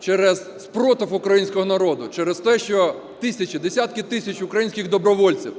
через спротив українського народу, через те, що тисячі, десятки тисяч українських добровольців